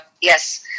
yes